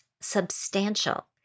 substantial